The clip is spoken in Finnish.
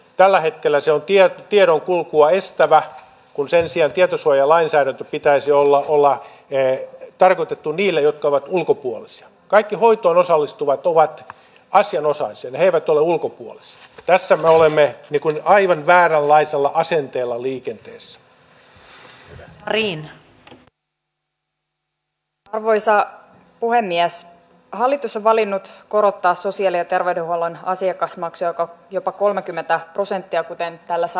tällä hetkellä sopia tiedon kulkua estävä kun sen sijaan tietosuojalainsäädäntö pitäisi olla pulaa ei tarkoitettu niille jotka ovat ulkopuoliset kaikki hoitoon osallistuvat ovat asianosaisiin eivät ole ulkopuoliset arvokkaasta päätöksestä kuuluvat ministeri sanni grahn laasoselle joka tinkimättömällä työllään on valinnut korottaa sosiaali ja terveydenhuollon asiakasmaksuja jopa kolmekymmentä prosenttia vienyt rahoitushakemusta eteenpäin